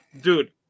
dude